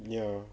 ya